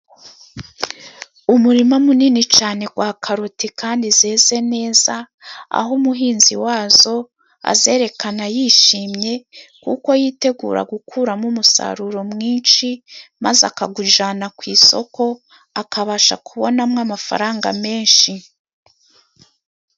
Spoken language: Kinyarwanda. Umurima munini cyane wa karoti kandi zeze neza, aho umuhinzi wazo azerekana yishimye, kuko yitegura gukuramo umusaruro mwinshi, maze akawujyana ku isoko, akabasha kubonamo amafaranga menshi.